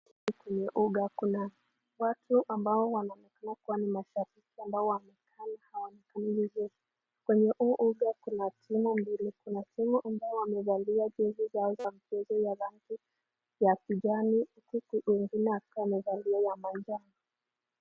Kwenye uga, kunaonekana kuna watu wanaonekana kuwa ni mashabiki ambao hawaonekani vizuri, kwenye huu uga kuna timu mbili, kuna timu moja ambao wamevalia jezi zao ambazo ni za rangi ya kijani, huku wengine wakiwa wamevalia ya manjano.